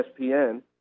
ESPN